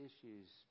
issues